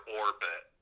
orbit